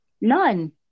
None